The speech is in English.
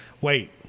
wait